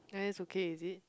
like that okay is it